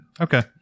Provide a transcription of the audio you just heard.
Okay